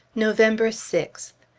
november sixth.